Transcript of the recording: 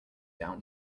down